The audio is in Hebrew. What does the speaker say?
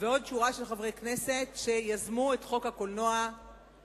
ועוד שורה של חברי כנסת שיזמו את חוק הקולנוע ב-1999.